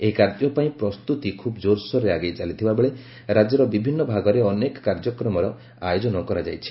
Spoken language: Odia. ଏହି କାର୍ଯ୍ୟ ପାଇଁ ପ୍ରସ୍ତୁତି ଖୁବ୍ କୋରସୋରରେ ଆଗେଇ ଚାଲିଥିବା ବେଳେ ରାଜ୍ୟର ବିଭିନ୍ନ ଭାଗରେ ଅନେକ କାର୍ଯ୍ୟକ୍ରମର ଆୟୋଜନ କରାଯାଇଛି